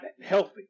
healthy